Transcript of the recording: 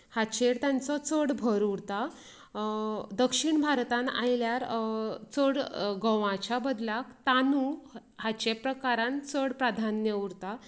हाचेर तांचो चड भर उरता दक्षीण भारतान आयल्यार चड गंवाच्या बदलांक तांदूळ हाचे प्राकरान चड प्राधान्या उरता